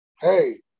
hey